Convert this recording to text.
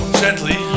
gently